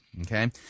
Okay